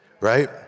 right